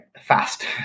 fast